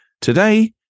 Today